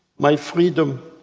my freedom,